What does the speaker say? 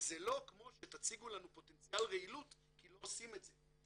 וזה לא כמו שתציגו לנו פוטנציאל רעילות כי לא עושים את זה.